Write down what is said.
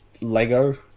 Lego